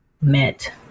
met